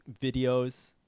videos